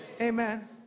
Amen